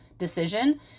decision